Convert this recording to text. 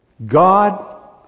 God